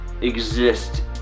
exist